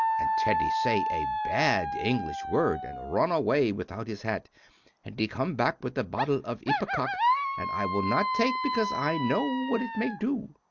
and teddy say a bad english word and run away without his hat and he come back with a bottle of ipecac and i will not take because i know what it make do.